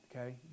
Okay